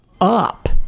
up